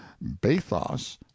bathos